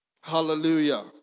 Hallelujah